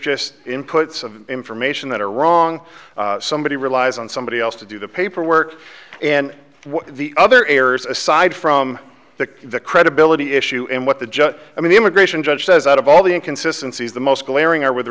just inputs of information that are wrong somebody relies on somebody else to do the paperwork and the other errors aside from the credibility issue and what the judge i mean the immigration judge says out of all the inconsistency is the most glaring error with